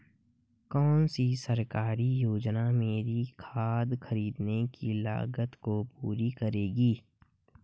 कौन सी सरकारी योजना मेरी खाद खरीदने की लागत को पूरा करेगी?